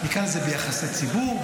וכאן זה ביחסי ציבור,